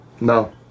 No